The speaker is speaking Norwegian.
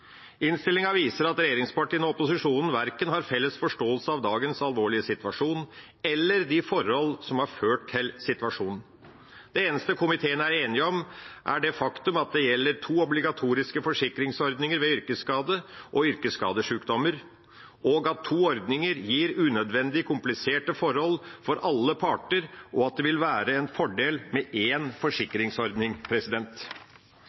Innstillinga viser at regjeringspartiene og opposisjonen verken har felles forståelse av dagens alvorlige situasjon eller de forhold som har ført til situasjonen. Det eneste komiteen er enig om, er det faktum at det gjelder to obligatoriske forsikringsordninger ved yrkesskade og yrkessykdommer, at to ordninger gir unødvendig kompliserte forhold for alle parter, og at det vil være en fordel med